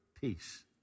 peace